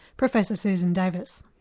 professor susan davis.